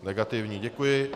Negativní, děkuji.